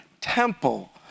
temple